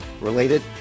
related